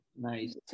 Nice